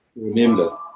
remember